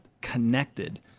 connected